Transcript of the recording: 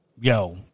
Yo